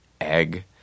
egg